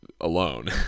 alone